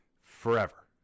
Forever